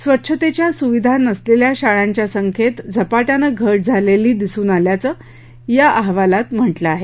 स्वच्छतेच्या सुविधा नसलेल्या शाळांच्या संख्येत झपाट्यानं घट झालेली दिसून आल्याचं या अहवालात म्हटलं आहे